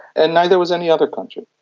and neither was any other country.